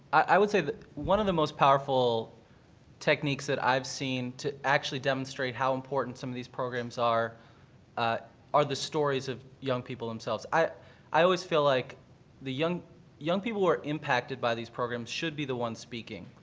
i would say that one of the most powerful techniques that i've seen to actually demonstrate how important some of these programs are ah are the stories of young people themselves. i i always feel like the young young people are impacted by these program should be the ones speaking.